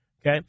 Okay